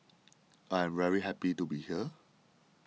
I am very happy to be here